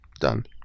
Done